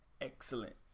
excellent